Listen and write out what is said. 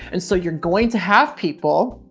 and so you're going to have people